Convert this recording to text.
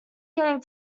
getting